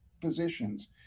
positions